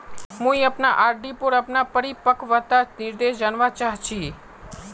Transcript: मुई अपना आर.डी पोर अपना परिपक्वता निर्देश जानवा चहची